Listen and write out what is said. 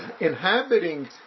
inhabiting